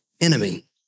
enemy